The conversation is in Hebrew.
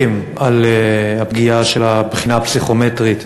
על הפגיעה של הבחינה הפסיכומטרית,